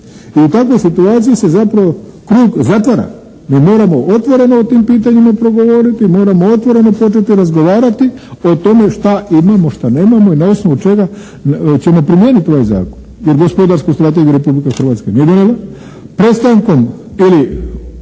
I u takvoj situaciji se zapravo krug zatvara. Mi moramo otvoreno o tim pitanjima progovoriti i moramo otvoreno početi razgovarati o tome šta imamo, šta nemamo i na osnovu čega ćemo primijeniti ovaj zakon, jer gospodarsku strategiju Republika Hrvatska nije donijela.